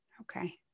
Okay